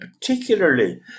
particularly